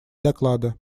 доклада